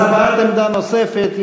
אז הבעת עמדה נוספת,